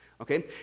Okay